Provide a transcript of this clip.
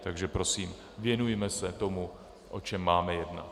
Takže prosím, věnujme se tomu, o čem máme jednat.